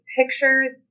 Pictures